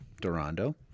Durando